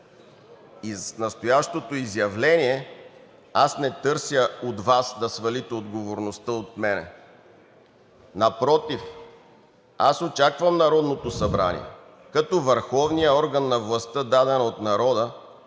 И с настоящото изявление аз не търся от Вас да свалите отговорността от мен. Напротив, аз очаквам Народното събрание като върховен орган на властта, дадена от народа,